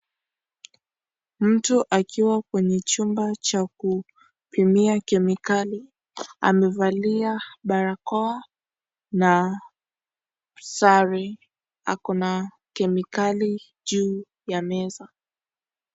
Mtu akiwa kwenye chumba cha kutumia kemikali amevalia barakoa na sari ako na kemikali juu ya meza.